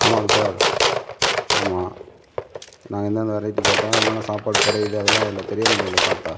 ஆமாங்க சார் ஆமாம் நாங்கள் இந்தெந்த வெரைட்டி கேட்டோம் என்னென்ன சாப்பாடு குறையிது அதலாம் அதில் தெரிய மாட்டேங்கிதே பார்த்தா